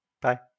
Bye